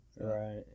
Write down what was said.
Right